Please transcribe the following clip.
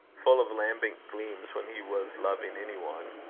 full of lambent gleams when he was loving any one,